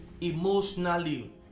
emotionally